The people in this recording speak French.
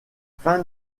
fin